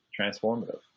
transformative